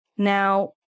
Now